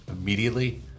immediately